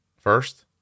first